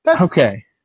Okay